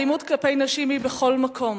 האלימות כלפי נשים היא בכל מקום,